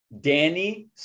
Danny